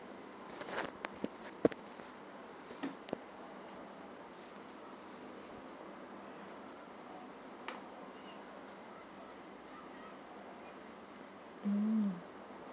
mm